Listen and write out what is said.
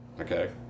Okay